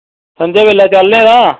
सं'ञा बेल्लै चलने तां